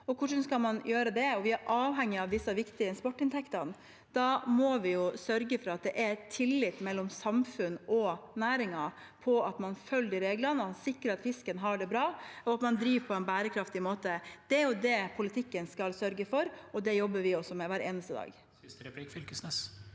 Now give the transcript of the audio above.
Hvordan skal vi gjøre det? Vi er avhengig av disse viktige eksportinntektene. Da må vi sørge for at det er tillit mellom samfunn og næringer til at man følger reglene, at man sikrer at fisken har det bra, og at man driver på en bærekraftig måte. Det er det politikken skal sørge for, og det jobber vi også med hver eneste dag.